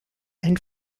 and